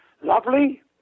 Lovely